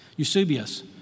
Eusebius